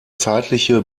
zeitliche